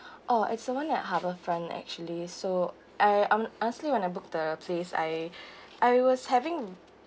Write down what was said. oh it's the one at harbourfront actually so I I'm honestly when I book the place I I was having